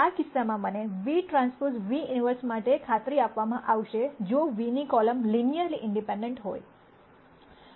આ કિસ્સામાં મને vTv ઈન્વર્સ માટે ખાતરી આપવામાં આવશે જો v ની કોલમ લિનયરલી ઇંડિપેંડેન્ટ હોય